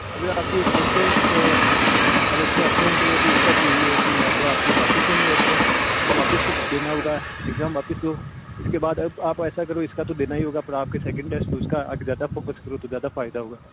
अगर आपकी first test अब इसमें अब्सेंट गया तो इसका तो यही है कि या तो आपके वापस होंगे एब्सेंट तो वापस कुछ देना होगा एग्जाम वापस दो उसके बाद अब आप ऐसा करो इसका तो देना ही होगा पर आपके सेकंड टेस्ट में उसका आगे ज़्यादा फोकस करो तो ज़्यादा फायदा होगा